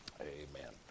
amen